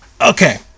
Okay